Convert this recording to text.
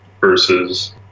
versus